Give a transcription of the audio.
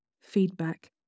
feedback